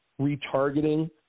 retargeting